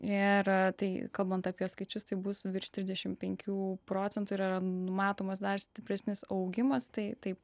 ir tai kalbant apie skaičius taip bus virš trisdešimt penkių procentų yra numatomas dar stipresnis augimas tai taip